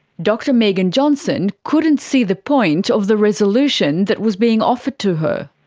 dr megan johnson couldn't see the point of the resolution that was being offered to her.